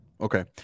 Okay